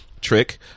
trick